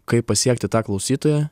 kaip pasiekti tą klausytoją